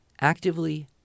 actively